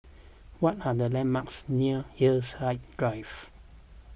what are the landmarks near Hillside Drive